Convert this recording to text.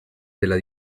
della